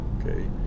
Okay